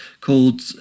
called